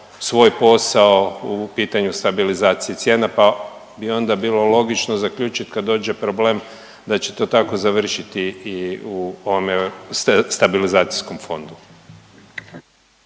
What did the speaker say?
svoj posao u pitanju stabilizacije cijene, pa bi onda bilo logično zaključiti kad dođe problem da će to tako završiti i u ovome stabilizacijskom fondu.